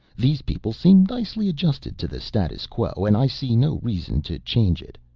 these people seem nicely adjusted to the status quo and i see no reason to change it.